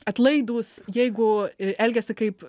atlaidūs jeigu elgiasi kaip